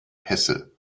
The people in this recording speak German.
hesse